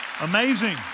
Amazing